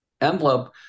envelope